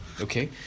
Okay